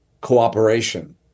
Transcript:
cooperation